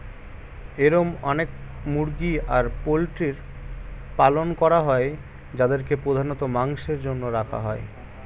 এরম অনেক মুরগি আর পোল্ট্রির পালন করা হয় যাদেরকে প্রধানত মাংসের জন্য রাখা হয়